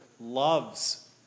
loves